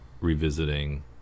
revisiting